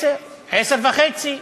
10:00, 10:30?